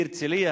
בהרצלייה,